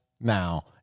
now